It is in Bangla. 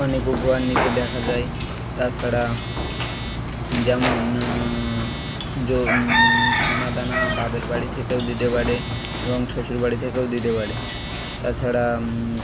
অনেক উপহার নিতে দেখা যায় তাছাড়া যেমন সানা দানা বাবের বাড়ি থেকেও দিতে পারে এবং শ্বশুর বাড়ি থেকেও দিতে পারে তাছাড়া